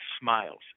smiles